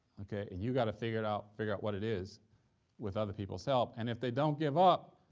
okay? and you got to figure it out figure out what it is with other people's help, and if they don't give up,